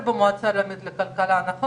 סלומון.